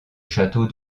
château